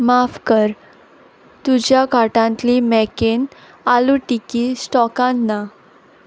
माफ कर तुज्या कार्टांतली मॅकेन आलू टिकी स्टॉकांत ना